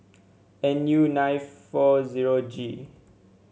N U nine V zero G